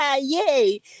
Yay